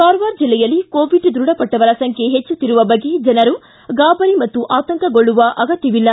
ಕಾರವಾರ ಜಿಲ್ಲೆಯಲ್ಲಿ ಕೋವಿಡ್ ದೃಢಪಟ್ಷವರ ಸಂಖ್ಯೆ ಹೆಚ್ಚುತ್ತಿರುವ ಬಗ್ಗೆ ಜನರು ಗಾಬರಿ ಹಾಗೂ ಆತಂಕಗೊಳ್ಳುವ ಅಗತ್ಯವಿಲ್ಲ